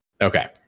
Okay